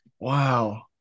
Wow